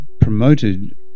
promoted